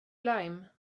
lime